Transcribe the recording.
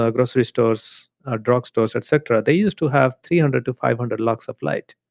ah grocery stores, drug stores et cetera, they used to have three hundred to five hundred lux of light.